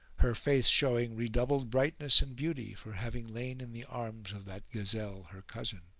her face showing redoubled brightness and beauty for having lain in the arms of that gazelle, her cousin.